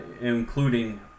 including